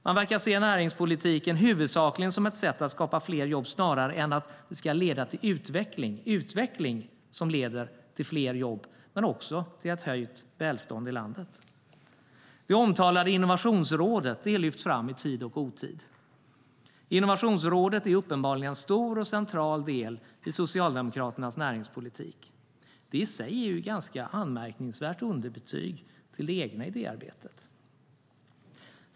De verkar se näringspolitiken huvudsakligen som ett sätt att skapa fler jobb snarare än som något som ska leda till utveckling som i sin tur leder till fler jobb och till ett höjt välstånd i landet. Det omtalade innovationsrådet lyfts fram i tid och otid. Innovationsrådet är uppenbarligen en stor och central del i Socialdemokraternas näringspolitik. Det är i sig ett ganska anmärkningsvärt underbetyg till det egna idéarbetet.